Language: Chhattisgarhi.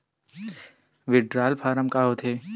विड्राल फारम का होथेय